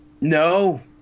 No